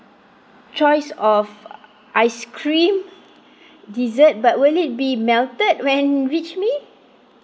choice of ice cream dessert but will it be melted when reach me